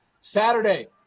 Saturday